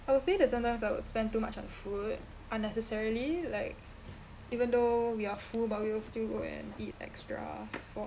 I will say that sometimes I would spend too much on food unnecessarily like even though we are full but we'll still go and eat extra